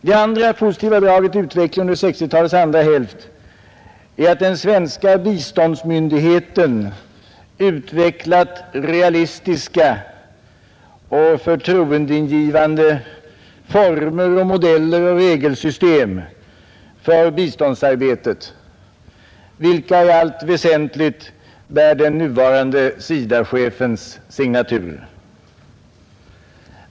Det andra positiva draget i utvecklingen under 1960-talets andra hälft är att den svenska biståndsmyndigheten utvecklat realistiska och förtroendeingivande former, modeller och regelsystem för biståndsarbetet, vilka i allt väsentligt bär den nuvarande SIDA-chefens signatur.